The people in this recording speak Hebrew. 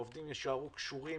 העובדים יישארו קשורים